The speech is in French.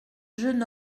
jeune